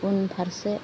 उनफारसे